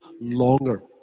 longer